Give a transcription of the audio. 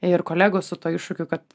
ir kolegos su tuo iššūkiu kad